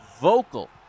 vocal